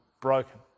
broken